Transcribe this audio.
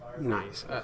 nice